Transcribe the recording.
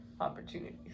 opportunities